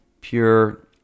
pure